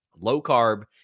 Low-carb